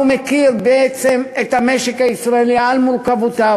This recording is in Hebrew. הוא מכיר בעצם את המשק הישראלי על מורכבויותיו,